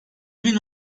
bin